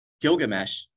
Gilgamesh